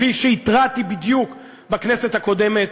בדיוק כפי שהתרעתי בכנסת הקודמת,